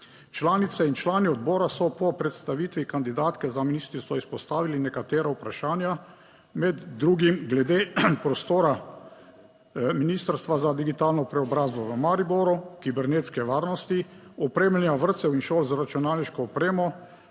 Članice in člani odbora so po predstavitvi kandidatke za ministrico izpostavili nekatera vprašanja med drugim glede prostora Ministrstva za digitalno preobrazbo v Mariboru, kibernetske varnosti, opremljanja vrtcev in šol za računalniško opremo,